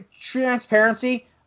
transparency